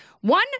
One